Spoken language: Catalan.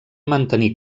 mantenir